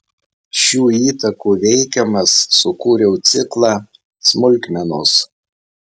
šių įtakų veikiamas sukūriau ciklą smulkmenos